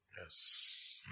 Yes